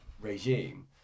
regime